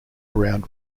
around